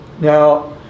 Now